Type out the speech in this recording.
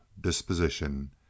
disposition